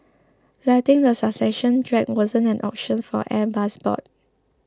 letting the succession drag wasn't an option for Airbus's board